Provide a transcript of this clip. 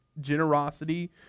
generosity